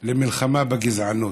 על מלחמה בגזענות,